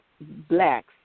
blacks